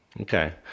Okay